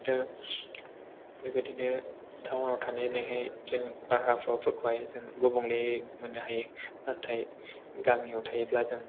बेबायदिनो टाउन आव थानानैहाय जों बारहावाफोरखौहाय जों गुबुंले मोननो हायो नाथाय गामिआव थायोब्ला जों